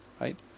right